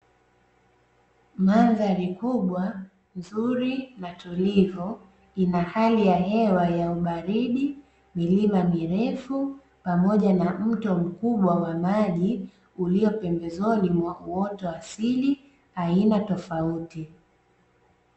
Mandhari kubwa, nzuri na tulivu; ina hali ya hewa ya ubaridi, milima mirefu pamoja na mto mkubwa wa maji ulio pembezoni mwa uoto asili aina tofauti.